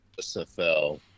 SFL